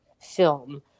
film